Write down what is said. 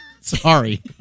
Sorry